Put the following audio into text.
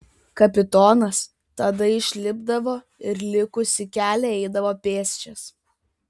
kapitonas tada išlipdavo ir likusį kelią eidavo pėsčias